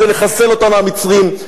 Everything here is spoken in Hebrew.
המצרים,